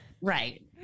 Right